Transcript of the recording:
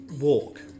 walk